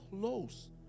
close